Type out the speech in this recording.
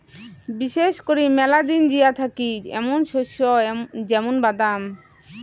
বিশেষ করি মেলা দিন জিয়া থাকি এ্যামুন শস্য য্যামুন বাদাম